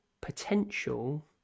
potential